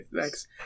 thanks